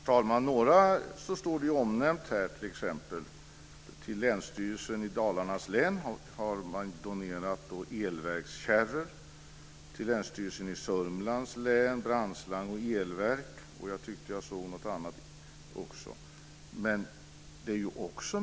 Herr talman! Några står faktiskt omnämnda här. Till Länsstyrelsen i Dalarnas län har man donerat elverkskärror, till Länsstyrelsen i Sörmlands län brandslang och elverk, och jag tyckte att jag såg något annat också.